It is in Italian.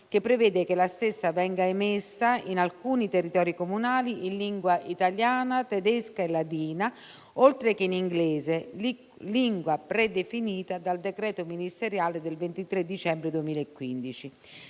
che prevede che la stessa venga emessa in alcuni territori comunali in lingua italiana, tedesca e ladina, oltre che in inglese, lingua predefinita dal decreto ministeriale del 23 dicembre 2015.